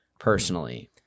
personally